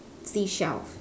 seashell